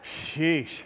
sheesh